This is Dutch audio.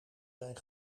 zijn